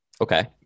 Okay